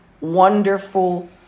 wonderful